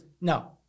No